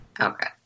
Okay